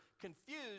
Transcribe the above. confused